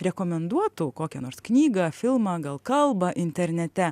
rekomenduotų kokią nors knygą filmą gal kalbą internete